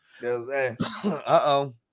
Uh-oh